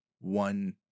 one